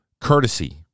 courtesy